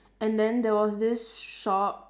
and then there was this shop